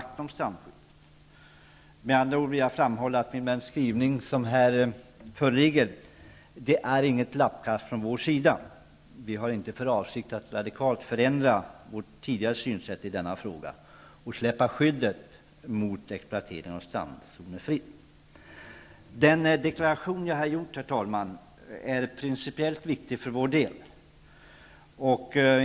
Jag vill framhålla att det faktum att vi har ställt oss bakom den skrivning som här föreligger inte är något lappkast från vår sida. Vi har inte för avsikt att radikalt förändra vårt tidigare synsätt i denna fråga. Vi tänker inte överge skyddet och släppa exploateringen av strandzonen fri. Den deklaration jag har gjort, herr talman, är principiellt viktig för vår del.